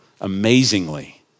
amazingly